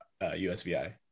USVI